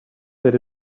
that